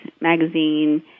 magazine